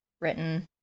written